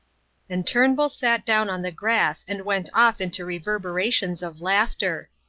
and turnbull sat down on the grass and went off into reverberations of laughter.